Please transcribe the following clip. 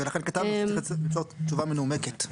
ולכן כתוב שצריך לתת תשובה מנומקת.